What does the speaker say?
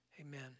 Amen